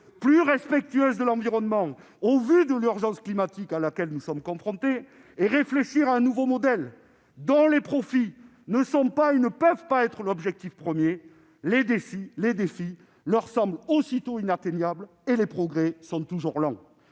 plus respectueuses de l'environnement, au vu de l'urgence climatique à laquelle nous sommes confrontés, et réfléchir à un nouveau modèle dans lequel les profits ne sont pas et ne peuvent pas être l'objectif premier, les défis leur semblent aussitôt insurmontables et les progrès sont toujours lents.